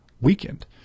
weakened